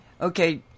Okay